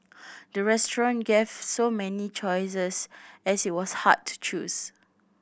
the restaurant gave so many choices as it was hard to choose